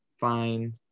fine